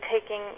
taking